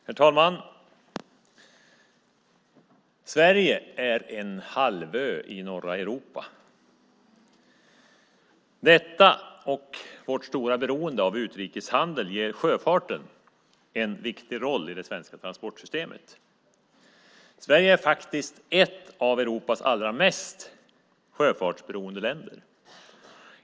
Herr talman! Sverige är en halvö i norra Europa. Detta och vårt stora beroende av utrikeshandel ger sjöfarten en viktig roll i det svenska transportsystemet. Sverige är ett av Europas mest sjöfartsberoende länder.